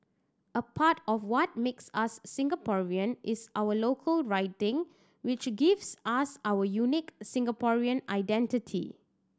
a part of what makes us Singaporean is our local writing which gives us our unique Singaporean identity